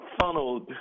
funneled